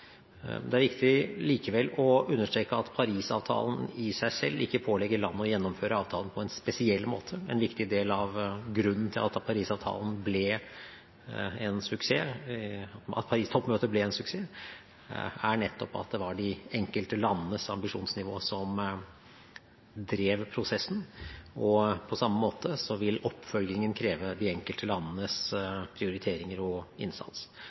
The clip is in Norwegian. Det er likevel viktig å understreke at Paris-avtalen i seg selv ikke pålegger land å gjennomføre avtalen på en spesiell måte. En viktig del av grunnen til at Paris-avtalen ble en suksess, at Paris-toppmøtet ble en suksess, er nettopp at det var de enkelte landenes ambisjonsnivå som drev prosessen. På samme måte vil oppfølgingen kreve de enkelte landenes prioriteringer og innsats.